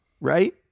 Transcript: right